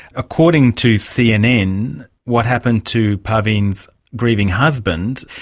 according to cnn, what happened to paveen's grieving husband,